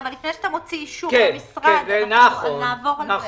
אבל לפני שאתה מוציא אישור למשרד, נעבור על זה.